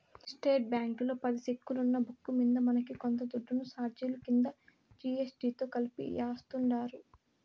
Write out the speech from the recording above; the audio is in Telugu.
స్టేట్ బ్యాంకీలో పది సెక్కులున్న బుక్కు మింద మనకి కొంత దుడ్డుని సార్జిలు కింద జీ.ఎస్.టి తో కలిపి యాస్తుండారు